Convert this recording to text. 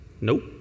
Nope